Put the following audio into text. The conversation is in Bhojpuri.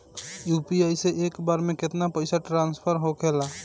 यू.पी.आई से एक बार मे केतना पैसा ट्रस्फर होखे ला?